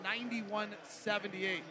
91-78